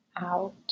out